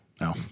No